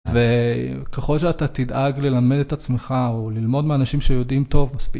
וככל שאתה תדאג ללמד את עצמך אן ללמוד מאנשים שיודעים טוב מספיק.